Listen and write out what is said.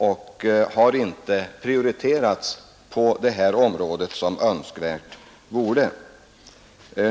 De har dessutom inte prioriterats som önskvärt vore.